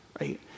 Right